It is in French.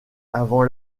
avant